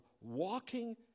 walking